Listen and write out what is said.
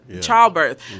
childbirth